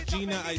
Gina